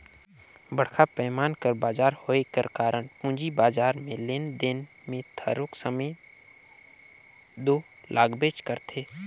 बड़खा पैमान कर बजार होए कर कारन पूंजी बजार में लेन देन में थारोक समे दो लागबेच करथे